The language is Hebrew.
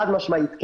חד משמעית כן,